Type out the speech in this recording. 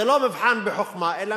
זה לא מבחן בחוכמה, אלא